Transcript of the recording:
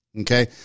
Okay